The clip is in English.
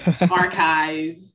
archive